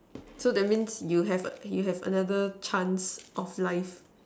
so that means you have a you have another chance of life